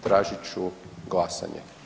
Tražit ću glasanje.